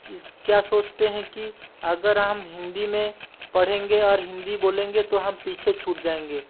इस क्या सोचते हैं कि अगर हम हिंदी में पढ़ेंगे और हिंदी बोलेंगे तो हम पीछे छूट जाएंगे